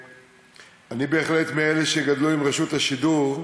אני בהחלט מאלה שגדלו עם רשות השידור,